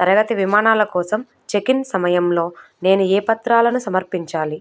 తరగతి విమానాల కోసం చెక్ ఇన్ సమయంలో నేను ఏ పత్రాలను సమర్పించాలి